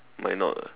might not ah